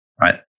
right